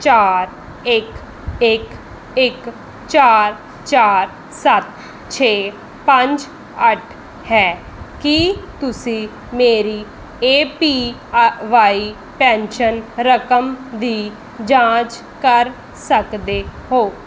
ਚਾਰ ਇੱਕ ਇੱਕ ਇੱਕ ਚਾਰ ਚਾਰ ਸੱਤ ਛੇ ਪੰਜ ਅੱਠ ਹੈ ਕੀ ਤੁਸੀਂ ਮੇਰੀ ਏ ਪੀ ਵਾਈ ਪੈਨਸ਼ਨ ਰਕਮ ਦੀ ਜਾਂਚ ਕਰ ਸਕਦੇ ਹੋ